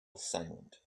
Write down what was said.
silent